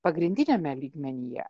pagrindiniame lygmenyje